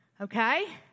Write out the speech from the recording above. okay